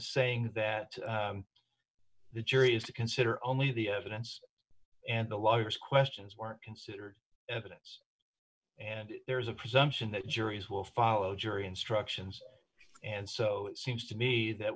saying that the jury has to consider only the evidence and the lawyers questions weren't considered evidence and there is a presumption that juries will follow jury instructions and so it seems to me that